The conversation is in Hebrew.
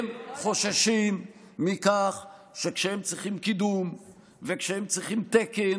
הם חוששים מכך שכשהם צריכים קידום וכשהם צריכים תקן,